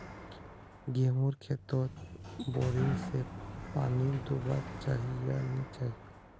गेँहूर खेतोत बोरिंग से पानी दुबा चही या नी चही?